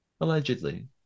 allegedly